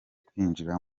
kwinjira